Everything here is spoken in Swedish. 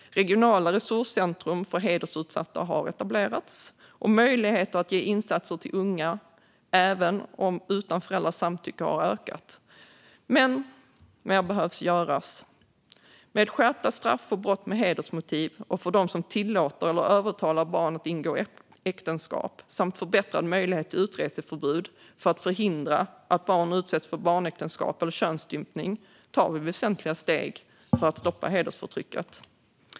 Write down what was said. Regionala resurscentrum för hedersutsatta har etablerats, och möjligheterna att göra insatser för unga även utan föräldrars samtycke har ökat. Men mer behöver göras. Med skärpta straff för brott med hedersmotiv och för dem som tillåter eller övertalar barn att ingå äktenskap samt förbättrad möjlighet till utreseförbud för att förhindra att barn utsätts för äktenskap eller könsstympning tar vi väsentliga steg för att stoppa hedersförtrycket.